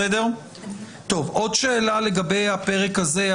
עוד שאלה לגבי הפרק הזה.